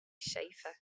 shaffer